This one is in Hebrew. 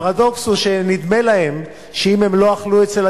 הפרדוקס הוא שנדמה להם שאם הם לא אכלו אצל